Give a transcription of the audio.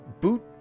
boot